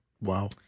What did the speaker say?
Wow